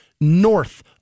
north